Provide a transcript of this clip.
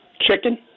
chicken